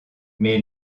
mais